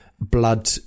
blood